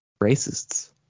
racists